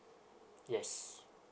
yes